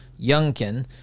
Youngkin